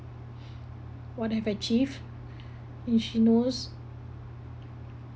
what I've achieved and she knows